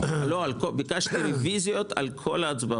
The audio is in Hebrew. ביקשתי רביזיות על כל ההצבעות.